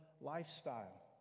lifestyle